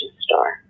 star